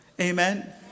Amen